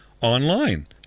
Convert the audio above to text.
online